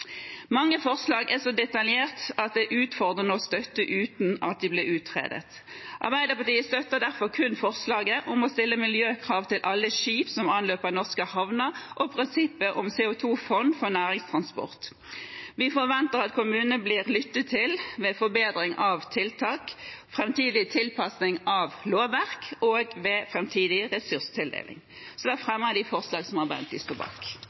Mange forslag er så detaljerte at det er utfordrende å støtte dem uten at de blir utredet. Arbeiderpartiet støtter derfor kun forslaget om å stille miljøkrav til alle skip som anløper norske havner, og prinsippet om CO 2 -fond for næringstransport. Vi forventer at kommunene blir lyttet til ved forbedring av tiltak, ved framtidig tilpasning av lovverk og ved framtidig ressurstildeling. Jeg fremmer det forslaget som